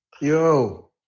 Yo